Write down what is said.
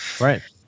Right